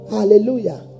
Hallelujah